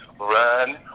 run